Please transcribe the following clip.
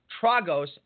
tragos